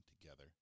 together